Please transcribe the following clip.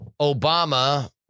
Obama